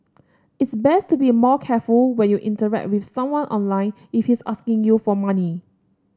it's best to be more careful when you interact with someone online if he's asking you for money